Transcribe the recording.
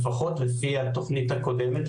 לפחות לפי התוכנית הקודמת,